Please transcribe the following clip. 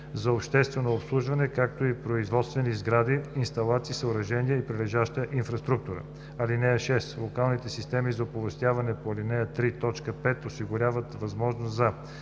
за обществено обслужване, както и производствени сгради, инсталации, съоръжения и прилежаща инфраструктура. (6) Локалните системи за оповестяване по ал. 3, т. 5 осигуряват възможност за: